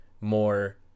more